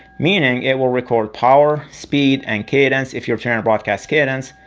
meaning it will record power, speed, and cadence if your trying to broadcast cadence.